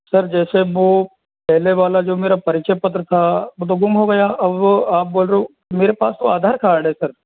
sir जैसे वो पहले वाला जो मेरा परिचय पत्र था वो तो गुम हो गया अब वो आप बोल रहे हो मेरे पास तो आधार कार्ड है सर